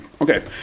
Okay